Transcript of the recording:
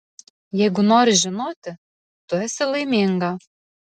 jeigu nori žinoti tu esi laiminga